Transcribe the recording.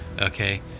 Okay